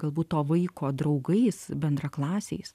galbūt to vaiko draugais bendraklasiais